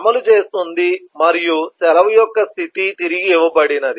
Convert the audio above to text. అమలు చేస్తుంది మరియు సెలవు యొక్క స్థితి తిరిగి ఇవ్వబడినది